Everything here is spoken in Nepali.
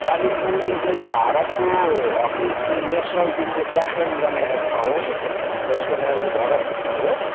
कालिम्पोङले चाहिँ भारतको हक्की को नेसनल टिमको क्याप्टन जन्माएको ठाउँ हो जसको जसको नाम चाहिँ भरत छेत्री हो